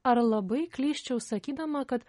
ar labai klysčiau sakydama kad